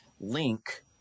Link